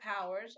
powers